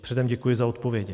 Předem děkuji za odpovědi.